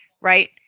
right